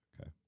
Okay